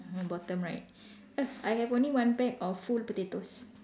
bottom right I have only one bag of full potatoes